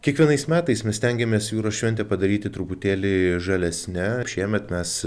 kiekvienais metais mes stengiamės jūros šventę padaryti truputėlį žalesne šiemet mes